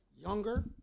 younger